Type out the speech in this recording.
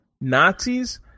Nazis